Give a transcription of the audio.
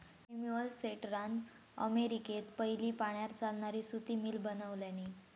Samuel स्लेटरान अमेरिकेत पयली पाण्यार चालणारी सुती मिल बनवल्यानी